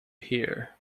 here